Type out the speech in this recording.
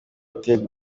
iterwa